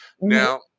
Now